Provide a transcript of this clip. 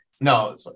No